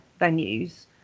venues